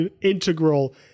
integral